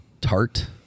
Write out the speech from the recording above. tart